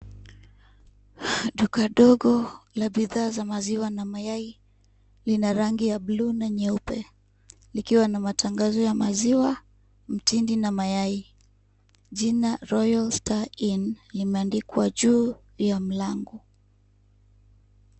Duka ndogo la bidhaa za maziwa na mayai. Lina rangi ya bluu na nyeupe, likiwa na matangazo ya maziwa, mtindi na mayai. Jina royal star in limeandikwa juu ya mlango.